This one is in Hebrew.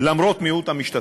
למרות מיעוט המשתתפים,